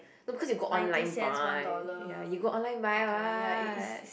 no because you go online buy ya you go online buy right